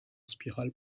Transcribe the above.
spirale